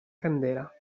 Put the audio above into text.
candela